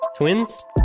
Twins